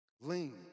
Lean